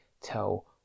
tell